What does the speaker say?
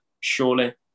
surely